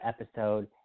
episode